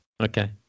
Okay